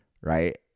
right